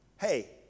Hey